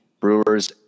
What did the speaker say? Brewers